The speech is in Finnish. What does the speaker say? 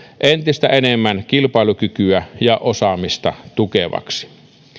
entistä enemmän kilpailukykyä ja osaamista tukevaksi